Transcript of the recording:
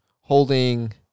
holding